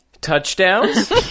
touchdowns